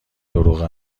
دروغ